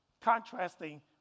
Contrasting